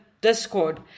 discord